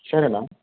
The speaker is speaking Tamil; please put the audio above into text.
சரி அண்ணா